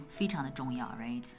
非常的重要,right